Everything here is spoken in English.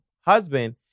husband